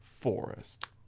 Forest